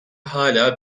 hala